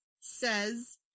says